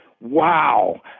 wow